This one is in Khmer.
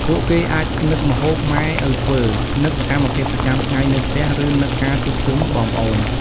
ពួកគេអាចនឹកម្ហូបម៉ែឪធ្វើ នឹកសកម្មភាពប្រចាំថ្ងៃនៅផ្ទះ ឬនឹកការជួបជុំបងប្អូន។